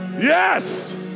yes